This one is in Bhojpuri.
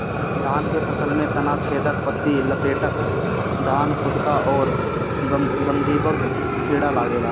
धान के फसल में तना छेदक, पत्ति लपेटक, धान फुदका अउरी गंधीबग कीड़ा लागेला